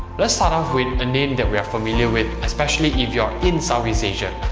let's start off with a name that we're familiar with, especially if you're in southeast asia.